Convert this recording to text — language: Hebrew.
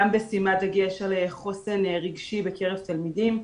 גם בשימת דגש על חוסן רגשי בקרב תלמידים,